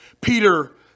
Peter